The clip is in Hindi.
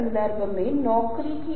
क्या दर्शक ऊब रहे हैं